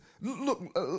look